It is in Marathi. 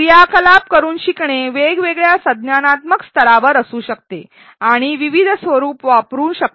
क्रियाकलाप करुन शिकणे वेगवेगळ्या संज्ञानात्मक स्तरावर असू शकते आणि विविध स्वरूप वापरू शकतात